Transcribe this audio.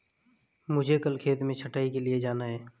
मुझे कल खेत में छटाई के लिए जाना है